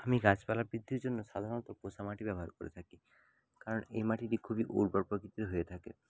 আমি গাছপালা বৃদ্ধির জন্য সাধারণত পোষা মাটি ব্যবহার করে থাকি কারণ এই মাটিটি খুবই উর্বর প্রকৃতির হয়ে থাকে